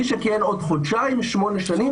מי שכיהן עוד חודשיים שמונה שנים,